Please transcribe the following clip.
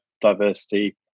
diversity